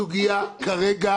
הסוגיה כרגע